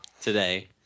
today